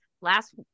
last